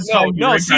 No